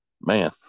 Man